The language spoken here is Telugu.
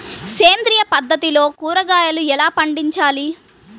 సేంద్రియ పద్ధతిలో కూరగాయలు ఎలా పండించాలి?